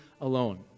alone